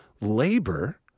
labor